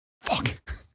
Fuck